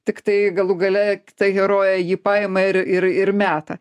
tiktai galų gale ta herojė jį paima ir ir ir meta